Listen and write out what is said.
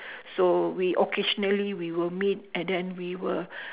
so we occasionally we will meet and then we will